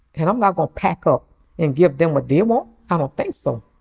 and i'm not gonna pack up and give them what they want. i don't think so.